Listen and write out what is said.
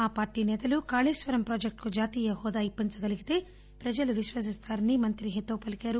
ఆ పార్టీ నేతలు కాళేశ్వరం ప్రాజెక్టుకు జాతీయ హోదా ఇప్పించగలగితే ప్రజలు విశ్వసిస్తారని మంత్రి హితవు పలికారు